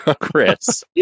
Chris